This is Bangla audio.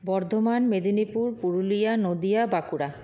বর্ধমান মেদিনীপুর পুরুলিয়া নদীয়া বাঁকুড়া